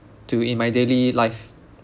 to in my daily life